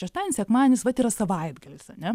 šeštadienis sekmadienis vat yra savaitgalis ane